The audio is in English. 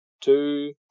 two